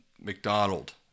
McDonald